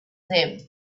them